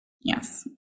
Yes